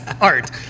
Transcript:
art